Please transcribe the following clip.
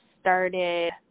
started